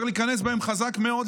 צריך להיכנס בהם חזק מאוד,